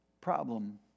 Problem